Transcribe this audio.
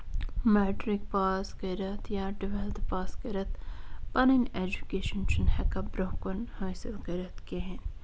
matric pass کٔرِتھ یا twelfth pass کٔرِتھ پَنُن ایٚجوٗکیشَن چھِنہٕ ہیٚکان برٛونٛہہ کُن حٲصِل کٔرِتھ کِہیٖنٛۍ